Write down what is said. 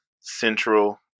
central